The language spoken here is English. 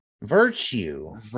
Virtue